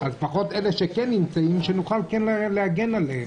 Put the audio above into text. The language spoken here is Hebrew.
אז לפחות אלה שכן נמצאים, שנוכל כן להגן עליהם.